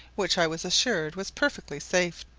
which i was assured was perfectly safe.